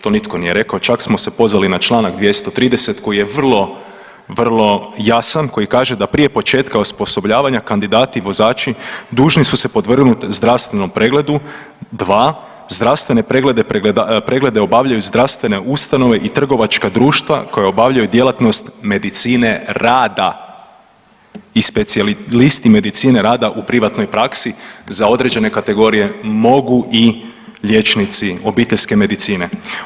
To nitko nije rekao, čak smo se pozvali na čl. 230 koji je vrlo, vrlo jasan koji kaže da prije početka osposobljavanja, kandidati vozači dužni su se podvrgnuti zdravstvenom pregledu, 2 zdravstvene preglede obavljaju zdravstvene ustanove i trgovačka društva koja obavljaju djelatnost medicine rada i specijalisti medicine rada u privatnoj praksi za određene kategorije mogu i liječnici obiteljske medicine.